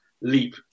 leap